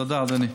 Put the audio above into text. תודה, אדוני.